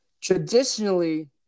Traditionally